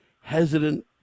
hesitant